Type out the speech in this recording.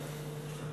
תודה.